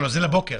זה לבוקר.